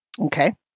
Okay